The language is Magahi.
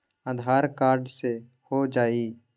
आधार कार्ड से हो जाइ?